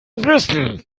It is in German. rüssel